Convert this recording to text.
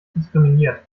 diskriminiert